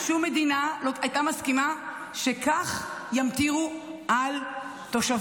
שום מדינה לא הייתה מסכימה שכך ימטירו על תושביה,